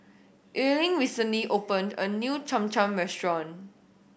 Erling recently open a new Cham Cham restaurant